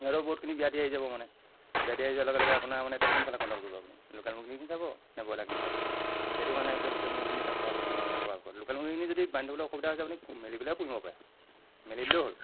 সিহঁতৰো বহুতখিনি ব্যাধি আহি যাব মানে ব্যাধি আহি যোৱাৰ লগে লগে আপোনাৰ আৰু মানে এতিয়া কোনফালে কণ্ট্ৰল কৰিব আপুনি লোকেল মূৰ্গীখিনি চাব নে ব্ৰয়লাৰখিনি চাব এতিয়া সেইটো কাৰণে যে লোকেল মুৰ্গীখিনি তাত সোমাবলৈ দিব নালাগে পৰাপক্ষত আকৌ লোকেল মুৰ্গীখিনি যদি বান্ধি থ'বলৈ অসুবিধা হৈছে আপুনি মেলি পেলাইও পোহিব পাৰে মেলি দিলেও হ'ল